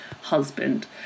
husband